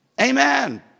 Amen